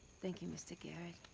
thank you, mr. garrett.